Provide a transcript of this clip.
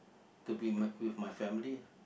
to be my with my family ah